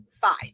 Five